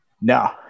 No